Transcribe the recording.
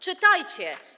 Czytajcie!